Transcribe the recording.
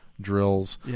drills